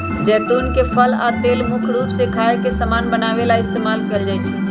जैतुन के फल आ तेल मुख्य रूप से खाए के समान बनावे ला इस्तेमाल कएल जाई छई